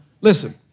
Listen